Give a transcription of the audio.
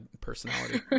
personality